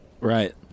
Right